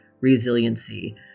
resiliency